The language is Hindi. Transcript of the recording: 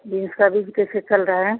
बीन्स का बीज कैसे चल रहा है